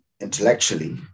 intellectually